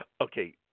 Okay